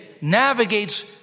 navigates